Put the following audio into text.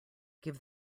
give